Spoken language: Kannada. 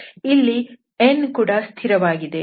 ಇಲ್ಲಿ n ಕೂಡ ಸ್ಥಿರವಾಗಿದೆ